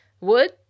Wood